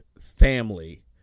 family